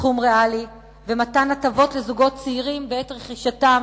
סכום ריאלי, ומתן הטבות לזוגות צעירים בעת רכישתם